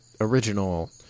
original—